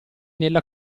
nella